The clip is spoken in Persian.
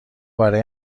برای